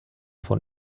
von